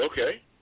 Okay